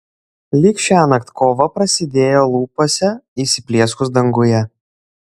lyg šiąnakt kova prasidėjo lūpose įsiplieskus danguje